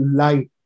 light